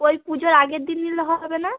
ওই পুজোর আগের দিন নিলে হবে না